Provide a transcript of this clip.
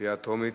בקריאה טרומית,